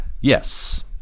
Yes